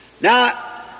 Now